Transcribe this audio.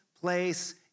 place